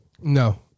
No